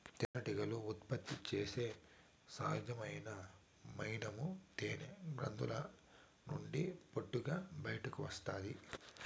తేనెటీగలు ఉత్పత్తి చేసే సహజమైన మైనము తేనె గ్రంధుల నుండి పొట్టుగా బయటకు వస్తాది